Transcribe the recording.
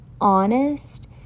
honest